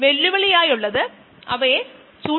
ദയവായി ഇത് ചെയുക